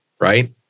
Right